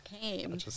came